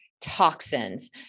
toxins